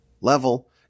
level